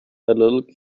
little